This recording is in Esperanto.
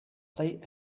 plej